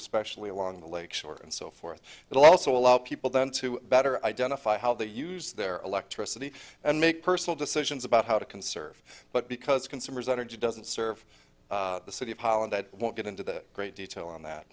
especially along the lake shore and so forth but also allow people then to better identify how they use their electricity and make personal decisions about how to conserve but because consumers energy doesn't serve the city of holland that won't get into that great detail on that